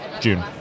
June